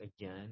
again